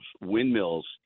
windmills